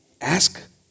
Ask